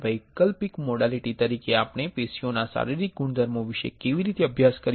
વૈકલ્પિક મોડાલીટી તરીકે આપણે પેશીઓના શારીરિક ગુણધર્મો વિશે કેવી રીતે અભ્યાસ કરીએ